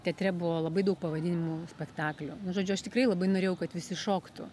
teatre buvo labai daug pavadinimų spektaklių nu žodžiu aš tikrai labai norėjau kad visi šoktų